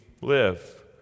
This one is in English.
live